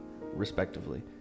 respectively